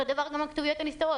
אותו דבר גם הכתוביות הנסתרות.